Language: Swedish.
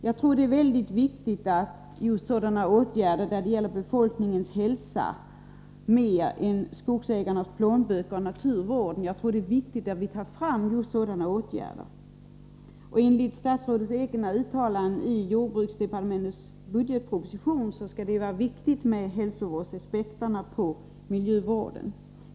Jag tror det är väldigt viktigt att vi vidtar åtgärder i sådana fall då det gäller befolkningens hälsa mer än skogsägarnas plånböcker och naturvården. Enligt statsrådets egna uttalanden i den bilaga till budgetpropositionen som avser jordbruksdepartementet är det ju viktigt att beakta hälsovårdsaspekterna på miljövården.